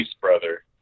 brother